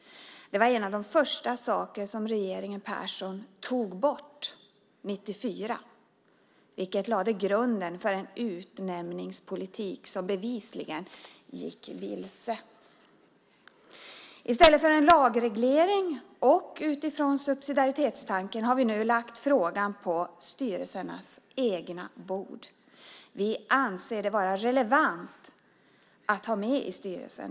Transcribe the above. Det var en av de första saker som regeringen Persson tog bort 1994, vilket lade grunden för en utnämningspolitik som bevisligen gick vilse. I stället för en lagreglering, och utifrån subsidiaritetstanken, har vi nu lagt frågan på styrelsernas egna bord. Vi anser det vara relevant att ha med i styrelsen.